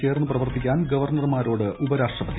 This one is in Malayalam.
ചേർന്ന് പ്രവർത്തിക്കാൻ ഗവർണർമാരോട് ഉപരാഷ്ട്രപതി